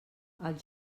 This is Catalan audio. els